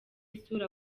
sura